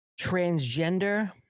Transgender